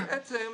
אם